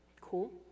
cool